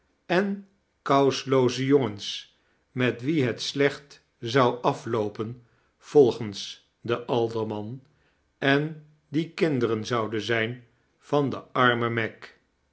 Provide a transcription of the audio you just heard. en kouslooze jongens met wie het slec-ht zou afloopen volgens den alderman en die kinderen zouden zijn van de arme meg